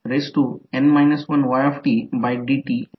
तर आता कारण या करंटमुळे यामध्ये म्युच्युअल व्होल्टेज तयार होईल